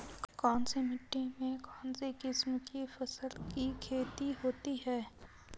कौनसी मिट्टी में कौनसी किस्म की फसल की खेती होती है?